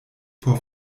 por